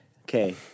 Okay